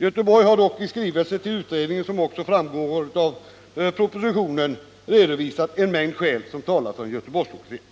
Göteborg har dock i skrivelse till utredningen, vilket också framgår av propositionen, redovisat en mängd skäl som talar för Göteborgslokaliseringen.